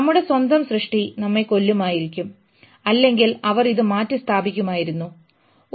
നമ്മുടെ സ്വന്തം സൃഷ്ടി നമ്മെ കൊല്ലുമായിരുന്നു അല്ലെങ്കിൽ അവർ ഇത് മാറ്റിസ്ഥാപിക്കുമായിരുന്നോ